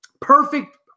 Perfect